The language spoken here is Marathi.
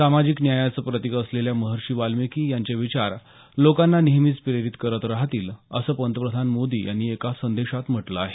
सामाजिक न्यायाचं प्रतिक असलेल्या महर्षी वाल्मिकी यांचे विचार लोकांना नेहमीच प्रेरित करत राहतील असं पंतप्रधान मोदी यांनी एका संदेशात म्हटलं आहे